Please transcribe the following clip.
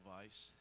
device